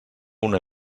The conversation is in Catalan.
una